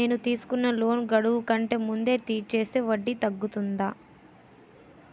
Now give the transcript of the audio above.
నేను తీసుకున్న లోన్ గడువు కంటే ముందే తీర్చేస్తే వడ్డీ తగ్గుతుందా?